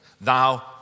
Thou